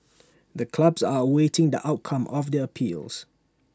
the clubs are awaiting the outcome of their appeals